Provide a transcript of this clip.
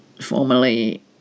formerly